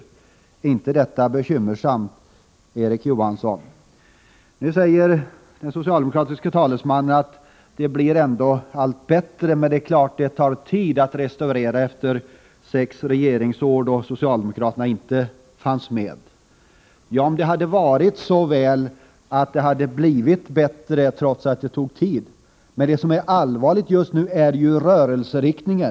Är inte det bekymmersamt, Erik Johansson? Nu säger den socialdemokratiske talesmannen: Det blir ändå allt bättre, men det är klart att det tar tid att restaurera det hela efter sex år då socialdemokraterna inte fanns med i regeringen. Ja, om det vore så väl att det hade blivit bättre, trots att det tagit tid! Det allvarliga just nu är rörelseriktningen.